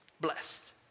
blessed